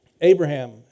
Abraham